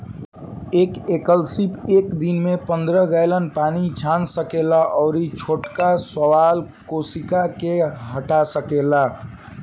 एक एकल सीप एक दिन में पंद्रह गैलन पानी के छान सकेला अउरी छोटका शैवाल कोशिका के हटा सकेला